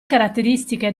caratteristiche